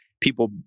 people